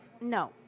no